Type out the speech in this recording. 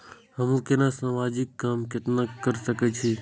हमू केना समाजिक काम केना कर सके छी?